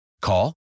Call